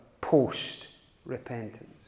post-repentance